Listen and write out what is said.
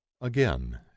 Again